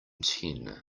ten